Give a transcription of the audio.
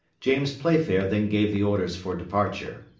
james playfair then gave the orders for departure.